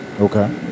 Okay